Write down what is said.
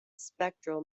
spectral